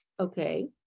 Okay